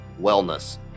wellness